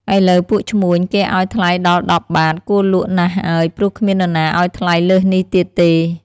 ឥឡូវពួកឈ្មួញគេឲ្យថ្លៃដល់ ១០ បាទ គួរលក់ណាស់ហើយ ព្រោះគ្មាននរណាឲ្យថ្លៃលើសនេះទៀតទេ។